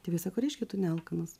tėvai sako reiškia tu nealkanas